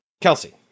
Kelsey